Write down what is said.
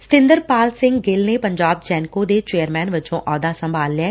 ਸਤਿੰਦਰਪਾਲ ਸਿੰਘ ਗਿੱਲ ਨੇ ਪੰਜਾਬ ਜੈਨਕੋ ਦੇ ਚੇਅਰਮੈਨ ਵਜੋਂ ਅਹੁੱਦਾ ਸੰਭਾਲ ਲਿਐ